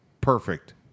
perfect